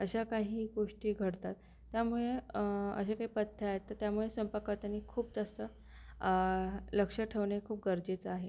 अशा काही गोष्टी घडतात त्यामुळे असे काई पथ्य आहेत तर त्यामुळे स्वयंपाक करतानी खूप जास्त लक्ष ठेवणे खूप गरजेचं आहे